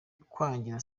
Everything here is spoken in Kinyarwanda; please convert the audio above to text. kwangiza